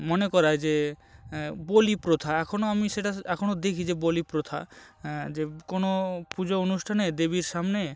মনে করায় যে বলি প্রথা এখনও আমি সেটা এখনও দেখি যে বলি প্রথা যে কোনো পুজো অনুষ্ঠানে দেবীর সামনে